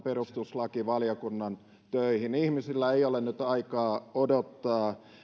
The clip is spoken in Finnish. perustuslakivaliokunnan töihin ihmisillä ei ole nyt aikaa odottaa